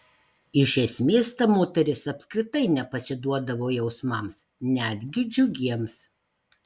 iš esmės ta moteris apskritai nepasiduodavo jausmams netgi džiugiems